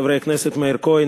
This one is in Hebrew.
חברי הכנסת מאיר כהן,